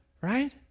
right